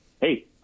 hey